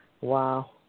Wow